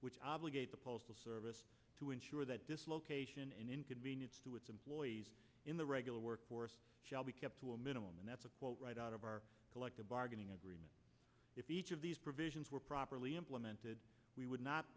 which obligate the postal service to ensure that dislocation and inconvenience to its employees in the regular workforce shall be kept to a minimum and that's a quote right out of our collective bargaining agreement if each of these provisions were properly implemented we would not